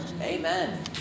Amen